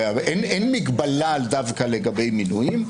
אין מגבלה דווקא לגבי מינויים.